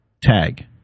Tag